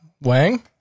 Wang